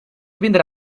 vindre